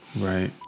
Right